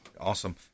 Awesome